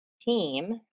team